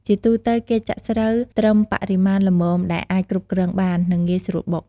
ជាទូទៅ គេចាក់ស្រូវត្រឹមបរិមាណល្មមដែលអាចគ្រប់គ្រងបាន និងងាយស្រួលបុក។